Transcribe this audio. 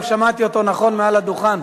אם שמעתי אותו נכון מעל הדוכן.